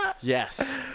Yes